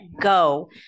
go